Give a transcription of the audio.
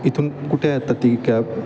इथून कुठे आहे आता ती कॅब